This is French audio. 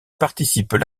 participent